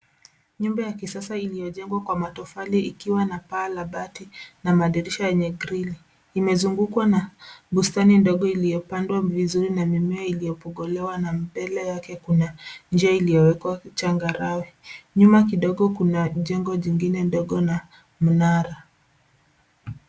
Nyumba ya kisasa iliyojengwa kwa matofali ikiwa na paa la bati ina madirisha yenye grili. Imezungukwa na bustani ndogo iliyopandwa vizuri na mimea iliyopokolewa na mbele yake kuna njia iliyowekwa changarawe. Nyuma kidogo kuna jengo jingine ndogo la mnara.